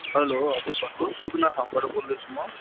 hello हजुर भन्नुहोस् सुकुना फार्मबाट बोल्दैछु म